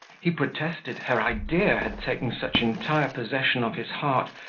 he protested her idea had taken such entire possession of his heart,